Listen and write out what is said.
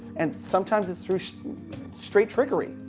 and sometimes it's through straight trickery.